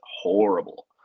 horrible